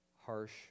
harsh